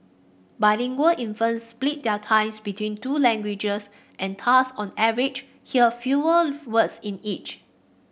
bilingual infants split their times between two languages and thus on average hear fewer words in each